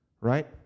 Right